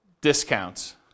discounts